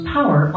Power